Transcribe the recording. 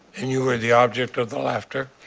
and you were the object of the laughter